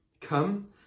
come